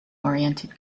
oriented